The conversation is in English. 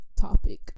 topic